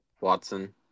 Watson